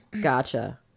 gotcha